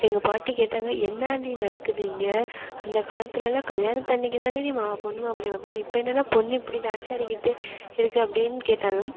எங்கள் பாட்டி கேட்டாங்க என்னாடி நடக்குது இங்கே அந்த காலத்துலலாம் கல்யாணத்தன்னக்கிதான டி பொண்ணு மாப்பிள வப்பாங்க இப்போ என்னனா பொண்ணு இப்படி டான்ஸ் ஆடிக்கிட்டு இருக்கு அப்படின்னு கேட்டாங்க